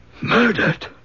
Murdered